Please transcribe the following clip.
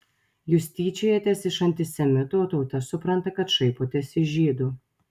jūs tyčiojatės iš antisemitų o tauta supranta kad šaipotės iš žydų